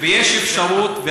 יש אפשרות,